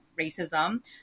racism